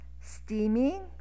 steaming